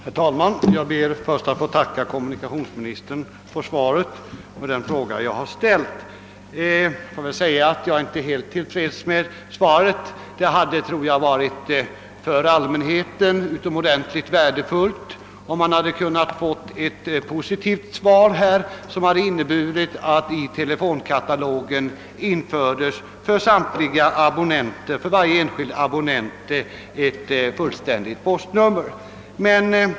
Herr talman! Jag ber att få tacka kommunikationsministern för svaret på den fråga jag har ställt, även om jag inte är helt till freds med det. För allmänheten hade det varit utomordentligt värdefullt om jag hade kunnat få ett positivt svar, som hade inneburit att det i telefonkatalogen infördes postnummer för varje enskild abonnent.